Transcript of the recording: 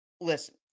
Listen